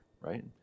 right